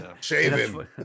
Shaving